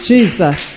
Jesus